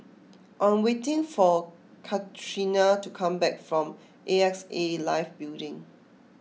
I'm waiting for Catrina to come back from A X A Life Building